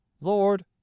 lord